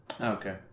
Okay